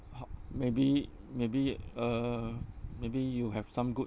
ho~ maybe maybe uh maybe you have some good